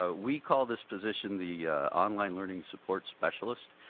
ah we call this position the online learning support specialist,